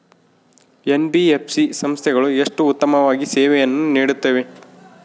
NBFC ಸಂಸ್ಥೆಗಳು ಎಷ್ಟು ಉತ್ತಮವಾಗಿ ಸೇವೆಯನ್ನು ನೇಡುತ್ತವೆ?